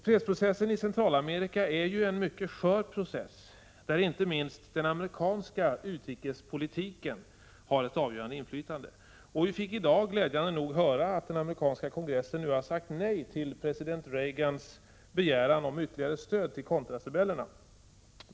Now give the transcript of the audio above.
Fredsprocessen i Centralamerika är en mycket skör process, där inte minst den amerikanska utrikespolitiken har ett avgörande inflytande. Vi fick i dag glädjande nog höra att den amerikanska kongressen har sagt nej till president Reagans begäran om ytterligare stöd till contrasrebellerna.